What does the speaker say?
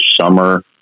summer